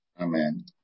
Amen